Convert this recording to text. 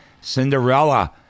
Cinderella